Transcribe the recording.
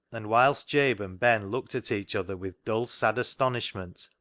and whilst jabe and ben looked at each other with dull sad astonishment,